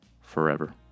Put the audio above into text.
forever